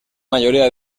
mayoría